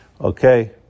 Okay